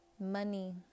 Money